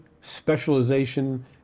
specialization